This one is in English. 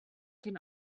can